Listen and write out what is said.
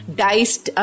diced